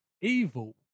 evil